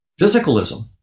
physicalism